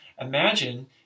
imagine